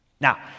Now